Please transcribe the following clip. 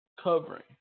covering